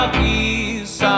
peace